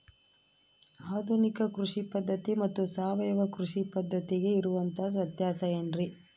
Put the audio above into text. ಆಧುನಿಕ ಕೃಷಿ ಪದ್ಧತಿ ಮತ್ತು ಸಾವಯವ ಕೃಷಿ ಪದ್ಧತಿಗೆ ಇರುವಂತಂಹ ವ್ಯತ್ಯಾಸ ಏನ್ರಿ?